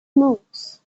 moors